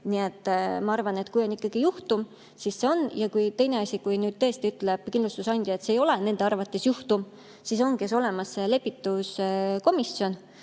Nii et ma arvan, et kui on ikkagi juhtum, siis see on ... Ja teine asi. Kui nüüd tõesti ütleb kindlustusandja, et see ei ole nende arvates [kindlustus]juhtum, siis ongi olemas see lepituskomisjon,